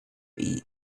eat